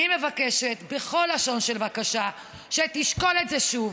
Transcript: אני מבקשת בכל לשון של בקשה שתשקול את זה שוב,